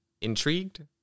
Intrigued